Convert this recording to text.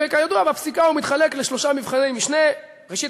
וכידוע בפסיקה הוא מתחלק לשלושה מבחני משנה: ראשית,